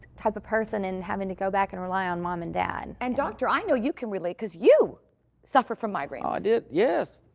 type of person and having to go back and rely on mom and dad. and doctor, i know you can relate cause you suffer from migraines. i do. yes.